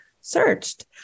searched